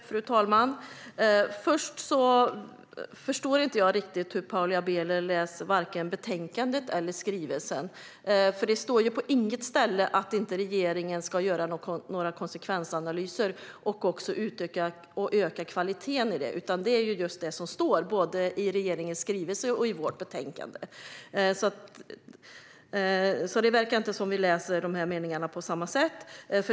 Fru talman! Jag förstår inte riktigt hur Paula Bieler läser betänkandet och skrivelsen. Det står ju inte någonstans att regeringen inte ska göra några konsekvensanalyser. Det som står är att man ska öka kvaliteten i dem. Det är detta som står både i regeringens skrivelse och i vårt betänkande. Det verkar alltså inte riktigt som om vi läser meningarna på samma sätt.